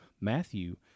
Matthew